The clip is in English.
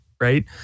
right